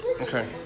okay